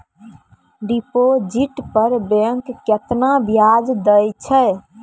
Deposit पर bank केतना ब्याज दै छै?